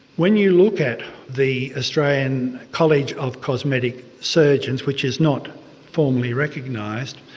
when you look at the australian college of cosmetic surgeons, which is not formally recognised,